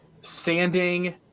sanding